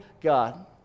God